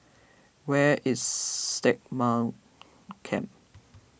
where is Stagmont Camp